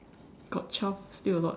got twelve still a lot